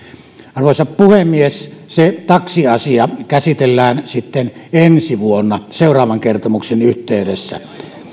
arvoisa puhemies se taksiasia käsitellään sitten ensi vuonna seuraavan kertomuksen yhteydessä